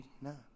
No